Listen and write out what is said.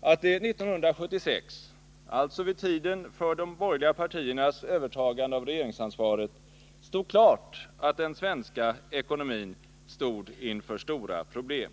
att det 1976 — alltså vid tiden för de borgerliga partiernas övertagande av regeringsansvaret — stod klart att den svenska ekonomin stod inför stora problem.